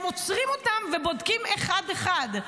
הם עוצרים אותם ובודקים אחד-אחד.